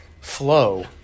flow